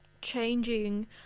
changing